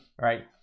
right